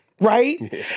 Right